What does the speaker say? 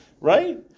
right